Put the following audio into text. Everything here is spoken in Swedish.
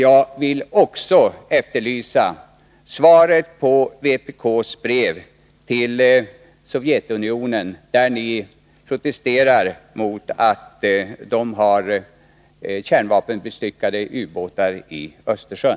Jag efterlyser svaret på vpk:s brev till Sovjetunionen där vpk protesterar mot att Sovjetunionen har kärnvapenbestyckade ubåtar i Östersjön.